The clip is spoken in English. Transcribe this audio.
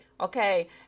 okay